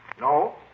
No